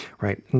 Right